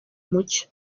mucyo